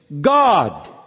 God